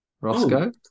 Roscoe